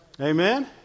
Amen